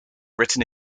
written